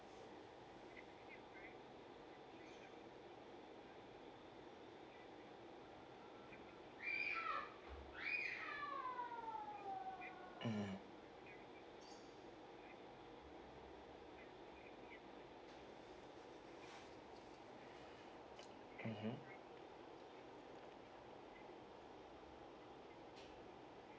mm mmhmm